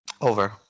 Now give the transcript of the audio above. Over